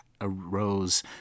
arose